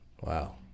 wow